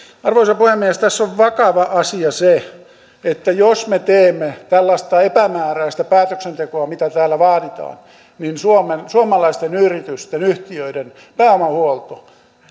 arvoisa puhemies tässä on vakava asia se että jos me teemme tällaista epämääräistä päätöksentekoa mitä täällä vaaditaan niin suomalaisten yritysten yhtiöiden pääomahuolto